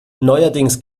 neuerdings